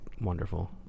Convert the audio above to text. wonderful